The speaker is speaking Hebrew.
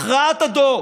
הכרעת הדור